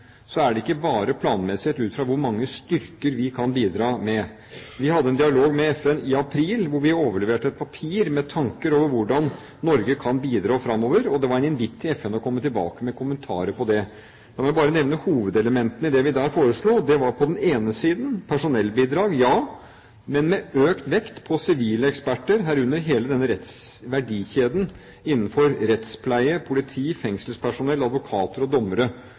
er det ikke bare planmessighet ut fra hvor mange styrker vi kan bidra med. Vi hadde en dialog med FN i april hvor vi overleverte et papir med tanker om hvordan Norge kan bidra framover. Det var en invitt til FN om å komme tilbake med kommentarer på det. La meg bare nevne hovedelementene i det vi der foreslo. Det var på den ene siden personellbidrag – ja, men med økt vekt på sivile eksperter, herunder hele den rettsverdikjeden innenfor rettspleie, politi, fengselspersonell, advokater og dommere